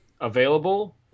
available